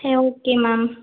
சரி okay ma'am